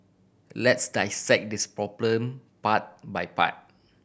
let's dissect this problem part by part